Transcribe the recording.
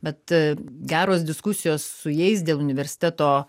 bet geros diskusijos su jais dėl universiteto